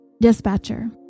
Dispatcher